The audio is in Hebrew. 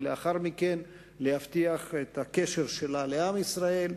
ולאחר מכן להבטיח את הקשר שלה לעם ישראל,